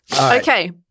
Okay